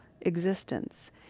Existence